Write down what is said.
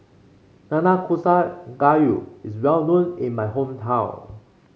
Nanakusa Gayu is well known in my hometown